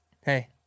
Hey